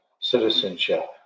citizenship